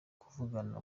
kuvugana